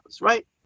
right